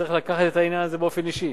צריך לקחת את העניין הזה באופן אישי,